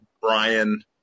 Brian